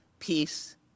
peace